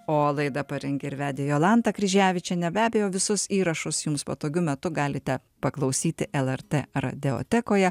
o laidą parengė ir vedė jolanta kryževičienė be abejo visus įrašus jums patogiu metu galite paklausyti lrt radeotekoje